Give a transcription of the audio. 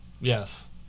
yes